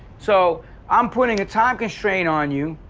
so i'm putting a time constraint on you,